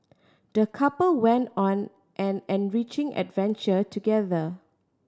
the couple went on an enriching adventure together